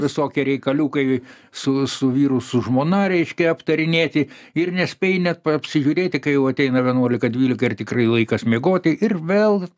visokie reikaliukai su su vyru su žmona reiškia aptarinėti ir nespėji net pa apsižiūrėti kai jau ateina vienuolika dvylika ir tikrai laikas miegoti ir vėl